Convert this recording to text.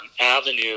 avenue